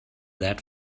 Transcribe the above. that